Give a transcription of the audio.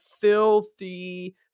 filthy